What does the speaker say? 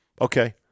Okay